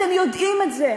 אתם יודעים את זה.